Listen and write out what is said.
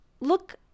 look